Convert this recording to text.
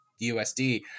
USD